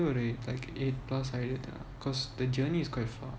ஒரு:oru like eight plus because the journey is quite far